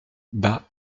bas